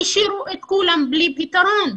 השאירו את כולם בלי פתרון.